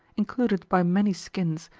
included by many skins,